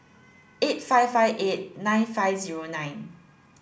eight five five eight nine five zero nine